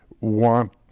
want